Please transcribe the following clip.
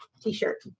t-shirt